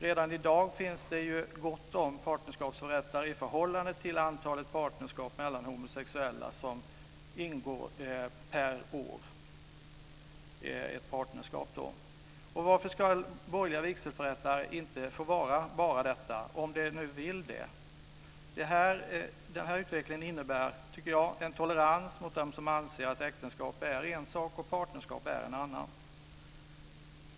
Redan i dag finns det gott om partnerskapsförrättare i förhållande till det antal partnerskap mellan homosexuella som ingås per år. Varför ska borgerliga vigselförrättare inte få vara bara detta om de nu vill det? Jag tycker att den här utvecklingen innebär en intolerans mot dem som anser att äktenskap är en sak och partnerskap en annan.